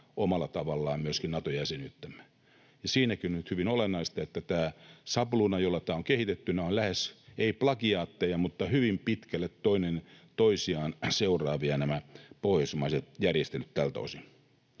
omalla tavallaan myöskin Nato-jäsenyyttämme. Siinäkin on nyt hyvin olennaista, että tämä sabluuna, jolla tämä on kehitetty, on lähes plagiaatti, ei ihan, mutta nämä pohjoismaiset järjestelyt ovat hyvin